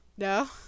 No